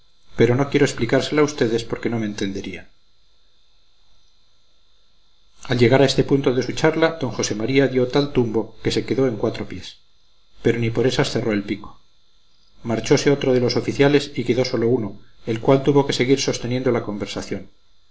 pero no quiero explicársela a ustedes porque no me entenderían al llegar a este punto de su charla d josé maría dio tal tumbo que se quedó en cuatro pies pero ni por esas cerró el pico marchóse otro de los oficiales y quedó sólo uno el cual tuvo que seguir sosteniendo la conversación